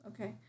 Okay